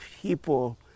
people